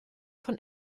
von